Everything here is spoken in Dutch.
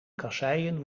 kasseien